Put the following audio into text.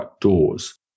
doors